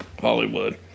Hollywood